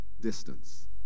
Distance